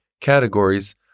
categories